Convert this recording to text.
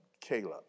Caleb